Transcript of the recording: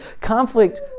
Conflict